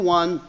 one